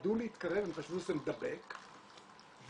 חשבו שזה מדבק,